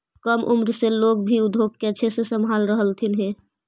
कम उम्र से लोग भी उद्योग को अच्छे से संभाल रहलथिन हे